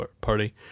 party